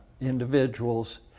individuals